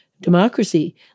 democracy